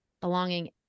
belonging